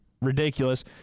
ridiculous